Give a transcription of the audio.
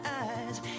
eyes